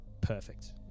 perfect